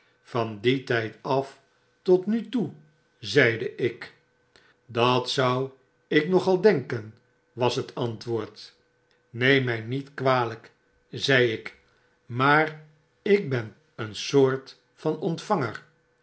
van dien tyd af tot nu toe zeide ik dat zou ik nogal denken was het antwoord neem my niet kwalyk zei ik maar ik ben een soort van ontvanger